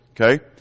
Okay